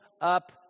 up